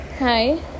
Hi